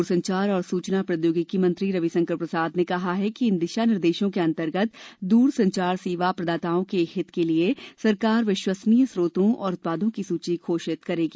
दूरसंचार और सूचना प्रौद्योगिकी मंत्री रवि शंकर प्रसाद ने कहा कि इन दिशा निर्देशों के अन्तर्गत दूरसंचार सेवा प्रदाताओं के हित लिए सरकार विश्वसनीय स्रोतों और उत्पादों की सूची घोषित करेगी